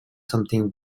something